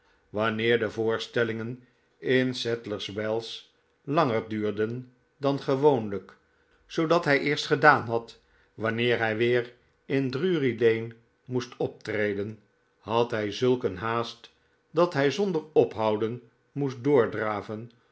wanneer de voorstellingen in sadlers wells langer duurden dan gewoonlijk zoodat hij eerst gedaan had wanneer hij weer in drury-lane moest optreden had hij zulk een haast dat hij zonder ophouden moest doordraven